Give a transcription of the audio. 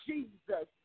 Jesus